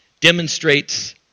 demonstrates